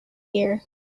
here